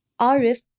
Arif